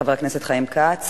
חבר הכנסת חיים כץ,